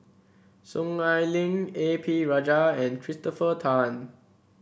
Soon Ai Ling A P Rajah and Christopher Tan